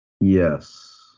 Yes